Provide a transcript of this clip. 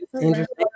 interesting